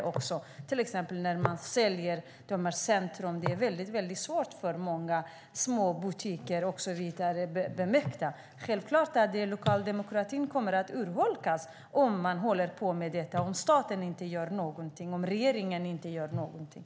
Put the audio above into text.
Det gäller till exempel när man säljer dessa centrum. Det är väldigt svårt för många små butiker och så vidare att mäkta med. Självklart kommer lokaldemokratin att urholkas om man håller på med detta, om staten inte gör någonting, om regeringen inte gör någonting.